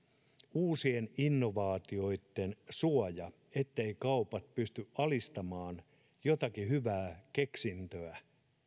uusien innovaatioitten suoja etteivät kaupat pysty alistamaan jotakin hyvää keksintöä